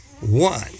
one